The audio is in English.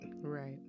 Right